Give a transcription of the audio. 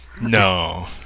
No